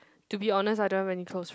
to be honest I don't have any close